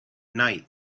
night